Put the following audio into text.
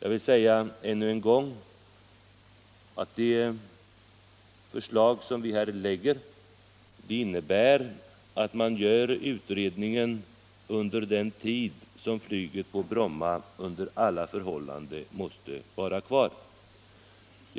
Jag vill ännu en gång säga att det förslag som vi här lägger fram innebär att man gör utredningen under den tid som flyget under alla förhållanden måste vara kvar på